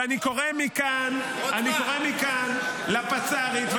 ואני קורא מכאן לפצ"רית -- רוטמן, למה אתה מסית?